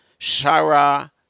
Shara